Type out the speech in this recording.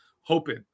hoping